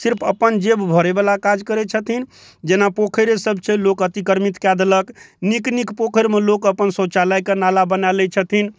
सिर्फ अपन जेब भरै बला काज करै छथिन जेना पोखैरे सब छै लोक अतिक्रमित कए देलक नीक नीक पोखरि मे लोक अपन शौचालय के नाला बना लै छथिन